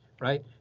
right